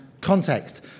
context